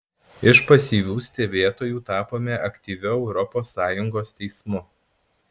iš pasyvių stebėtojų tapome aktyviu europos sąjungos teismu